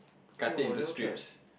cut it into strips